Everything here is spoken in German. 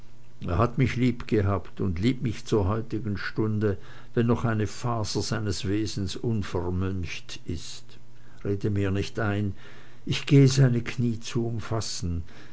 er hat mich liebgehabt und liebt mich zur heutigen stunde wenn noch eine faser seines wesens unvermöncht ist rede mir nicht ein ich gehe seine kniee zu umfassen